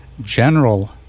general